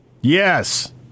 Yes